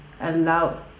allow